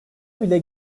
bile